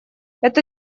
это